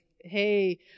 hey